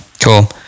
Cool